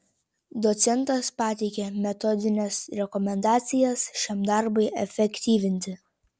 docentas pateikė metodines rekomendacijas šiam darbui efektyvinti